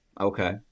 Okay